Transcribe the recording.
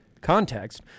context